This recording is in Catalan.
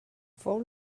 fou